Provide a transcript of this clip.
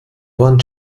wand